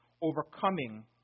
overcoming